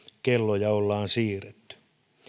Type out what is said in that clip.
kelloja ollaan siirretty